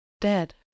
dead